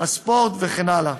הספורט וכן הלאה.